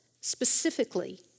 specifically